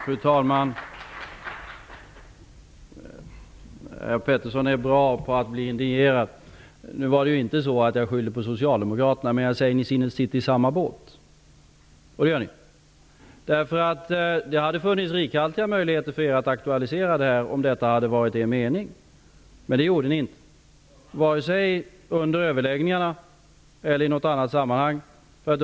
Fru talman! Herr Peterson är bra på att bli indignerad. Jag skyllde inte på Socialdemokraterna, men jag sade att vi sitter i samma båt, det gör vi. Det hade funnits rikliga möjligheter för er att aktualisera denna fråga, om detta hade varit er mening. Det gjorde ni inte vare sig under överläggningarna eller i något annat sammanhang.